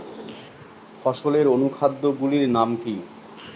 ফসলের অনুখাদ্য গুলির নাম কি?